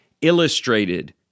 illustrated